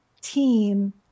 team